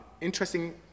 interesting